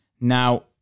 Now